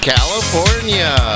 California